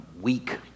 weak